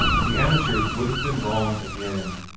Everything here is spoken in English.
the amateurs would have been wrong again.